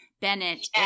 Bennett